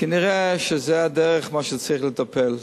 כנראה זו הדרך שבה צריך לטפל.